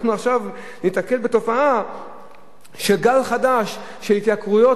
אנחנו עכשיו ניתקל בתופעה של גל חדש של התייקרויות